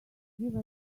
give